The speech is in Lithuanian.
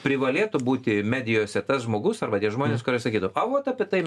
privalėtų būti medijose tas žmogus arba tie žmonės kurie sakytų a vot apie tai